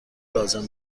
لازم